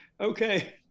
okay